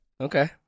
Okay